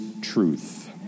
truth